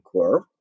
curve